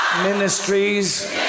ministries